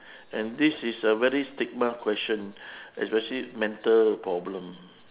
and this is a very stigma question especially mental problem